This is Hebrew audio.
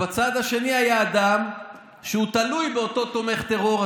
בצד השני היה אדם שהוא תלוי באותו תומך טרור,